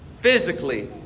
physically